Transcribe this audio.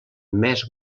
més